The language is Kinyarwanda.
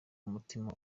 umutima